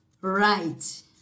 right